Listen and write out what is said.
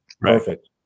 perfect